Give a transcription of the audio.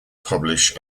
publish